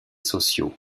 sociaux